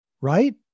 right